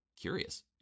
Curious